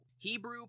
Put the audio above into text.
Hebrew